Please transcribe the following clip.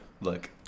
look